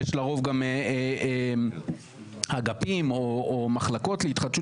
יש לרוב גם אגפים או מחלקות להתחדשות